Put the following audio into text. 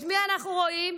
את מי אנחנו רואים?